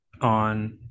on